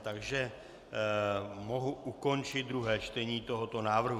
Takže mohu ukončit druhé čtení tohoto návrhu.